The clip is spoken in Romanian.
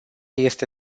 este